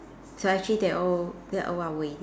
so actually they all they all are waiting